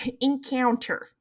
encounter